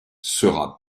sera